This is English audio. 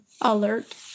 Alert